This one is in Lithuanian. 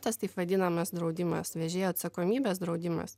tas taip vadinamas draudimas vežėjo atsakomybės draudimas